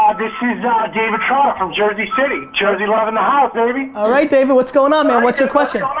this is ah david trotter from jersey city. jersey love in the house, baby. alright, david, what's going on man? what's your question?